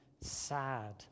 sad